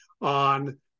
on